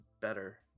better